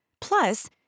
Plus